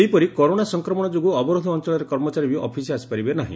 ସେହିପରି କରୋନା ସଂକ୍ରମଣ ଯୋଗୁଁ ଅବରୋଧ ଅଞଳର କର୍ମଚାରୀ ବି ଅଫିସ୍ ଆସିପାରିବେ ନାହି